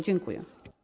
Dziękuję.